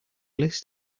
list